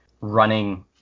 running